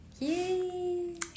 yay